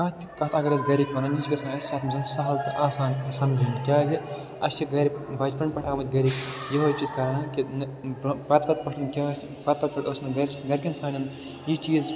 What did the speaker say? کانٛہہ تہِ کَتھ اگر اَسہِ گَرِکۍ وَنَن یہِ چھِ گَژھان اَسہِ سمجھٕنۍ سہل تہٕ آسان یہِ سمجھُن کیٛازِ اَسہِ چھِ گَرِ بَچپَن پٮ۪ٹھ آمٕتۍ گَرِکۍ یِہوٚے چیٖز کَران کہِ پتہٕ وَتہٕ پٮ۪ٹھ کیٛاہ ٲسۍ پتہٕ وَتہٕ پٮ۪ٹھ ٲس گَرِچ تہٕ گرِکٮ۪ن سانٮ۪ن یہِ چیٖز